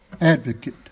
advocate